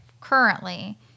currently